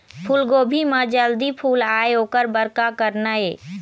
फूलगोभी म जल्दी फूल आय ओकर बर का करना ये?